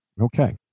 Okay